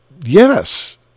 Yes